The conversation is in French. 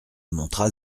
montra